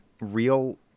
real